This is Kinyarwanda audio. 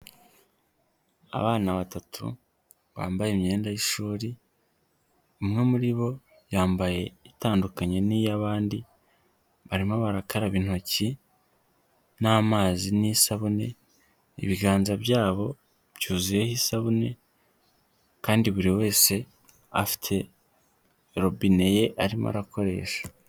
Abana batatu bambaye imyenda y'ishuri, umwe muri bo yambaye itandukanye n'iy'abandi, barimo barakaraba intoki n'amazi n'isabune, ibiganza byabo byuzuyeho isabune kandi buri wese afite robine ye arimo arakoresha.